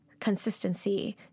consistency